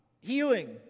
healing